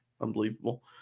unbelievable